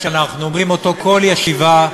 ואנחנו אומרים את זה כל ישיבה מחדש,